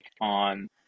on